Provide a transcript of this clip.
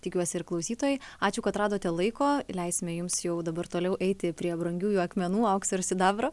tikiuosi ir klausytojai ačiū kad radote laiko leisime jums jau dabar toliau eiti prie brangiųjų akmenų aukso ir sidabro